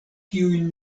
kiujn